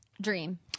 Dream